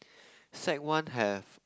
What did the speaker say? sec one have